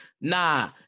nah